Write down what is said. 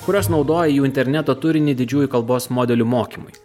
kurios naudoja interneto turinį didžiųjų kalbos modelių mokymui